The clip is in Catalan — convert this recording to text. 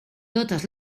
totes